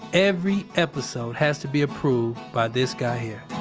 every episode has to be approved by this guy here.